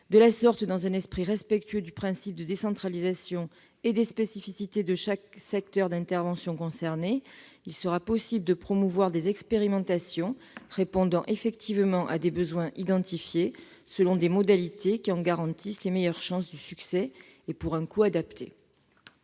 De la sorte, dans un esprit respectueux du principe de décentralisation et des spécificités de chaque secteur d'intervention concerné, il sera possible de promouvoir des expérimentations répondant effectivement à des besoins identifiés, selon des modalités qui en garantissent les meilleures chances de succès pour un coût adapté.